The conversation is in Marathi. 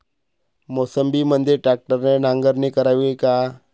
मोसंबीमंदी ट्रॅक्टरने नांगरणी करावी का?